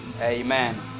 amen